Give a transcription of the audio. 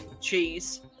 cheese